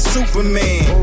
Superman